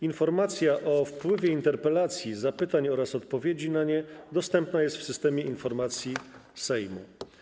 Informacja o wpływie interpelacji, zapytań oraz odpowiedzi na nie dostępna jest w Systemie Informacyjnym Sejmu.